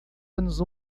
anos